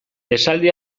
esaldi